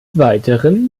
weiteren